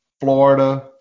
Florida